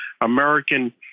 American